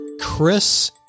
Chris